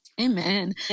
Amen